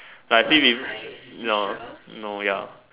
like I see peop~ no no ya